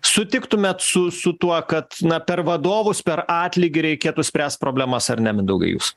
sutiktumėt su su tuo kad na per vadovus per atlygį reikėtų spręst problemas ar ne mindaugai jūs